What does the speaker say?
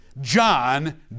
John